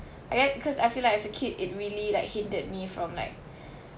I guess cause I feel like as a kid it really like hindered me from like